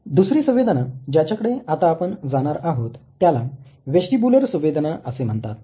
दुसरी संवेदना ज्याच्याकडे आता आपण जाणार आहोत त्याला वेस्टीबुलर संवेदना असे म्हणतात